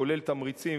כולל תמריצים,